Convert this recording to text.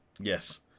yes